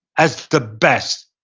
as the best,